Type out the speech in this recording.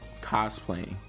cosplaying